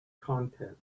content